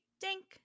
dink